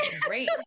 great